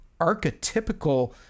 archetypical